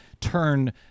turn